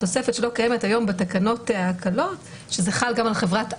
התוספת שלא קיימת היום בתקנות הקלות שזה חל גם על חברת אג"ח,